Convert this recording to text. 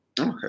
Okay